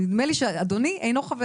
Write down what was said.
נדמה לי שאדוני אינו חבר.